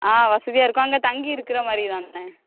ஆ வசதியாக இருக்கும் அங்கே தங்கி இருக்கிற மாதிரி தானே